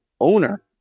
owner